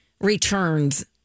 returns